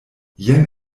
jen